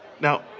Now